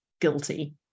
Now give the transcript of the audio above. guilty